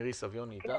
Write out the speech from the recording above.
מירי, בינתיים,